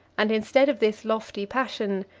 and instead of this lofty passion,